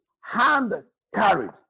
hand-carried